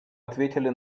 ответили